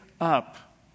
up